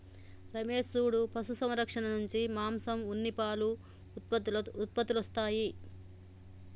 రమేష్ సూడు పశు సంరక్షణ నుంచి మాంసం ఉన్ని పాలు ఉత్పత్తులొస్తాయి